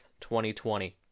2020